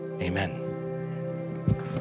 Amen